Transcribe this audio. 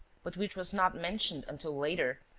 but which was not mentioned until later,